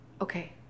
Okay